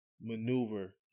maneuver